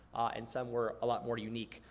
and some were a lot more unique,